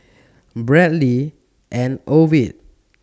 Bradley and Ovid